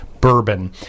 bourbon